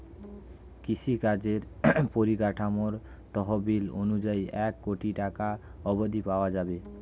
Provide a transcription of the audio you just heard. কৃষিকাজের পরিকাঠামো তহবিল অনুযায়ী এক কোটি টাকা অব্ধি পাওয়া যাবে